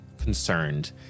concerned